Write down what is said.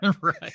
right